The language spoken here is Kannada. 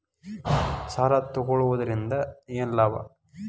ಸಾಲ ತಗೊಳ್ಳುವುದರಿಂದ ಏನ್ ಲಾಭ?